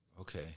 Okay